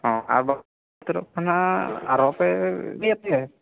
ᱚ ᱟᱫᱚ ᱠᱟᱱᱟ ᱟᱨᱚ ᱯᱮ